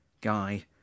Guy